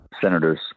senators